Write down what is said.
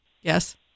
Yes